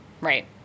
Right